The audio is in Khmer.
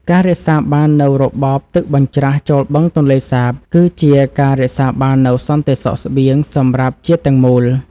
ការរក្សាបាននូវរបបទឹកបញ្ច្រាសចូលបឹងទន្លេសាបគឺជាការរក្សាបាននូវសន្តិសុខស្បៀងសម្រាប់ជាតិទាំងមូល។